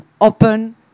open